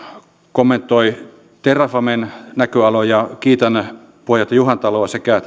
kommentoi terrafamen näköaloja kiitän puheenjohtaja juhantaloa sekä